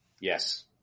Yes